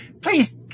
please